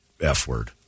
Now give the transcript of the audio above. F-word